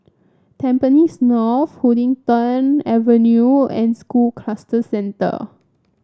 Tampines North Huddington Avenue and School Cluster Centre